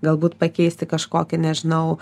galbūt pakeisti kažkokį nežinau